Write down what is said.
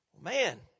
Man